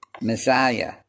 Messiah